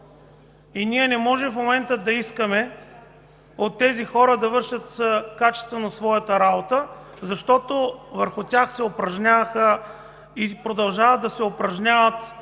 И не можем сега да искаме от тези хора да вършат качествено своята работа, защото върху тях се упражняваха и продължават да се упражняват